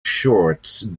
shorts